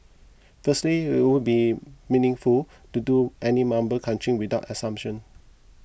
firstly it would be meaningful to do any member crunching without assumption